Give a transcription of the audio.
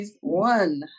one